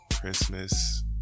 Christmas